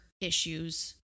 issues